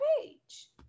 page